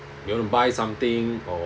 you want to buy something for